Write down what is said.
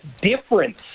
difference